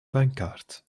bankkaart